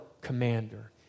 commander